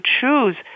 choose